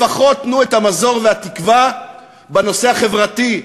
לפחות תנו את המזור והתקווה בנושא החברתי,